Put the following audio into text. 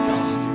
God